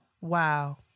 Wow